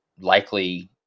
likely